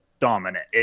dominant